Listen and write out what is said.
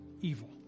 evil